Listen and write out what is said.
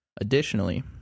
Additionally